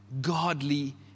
Godly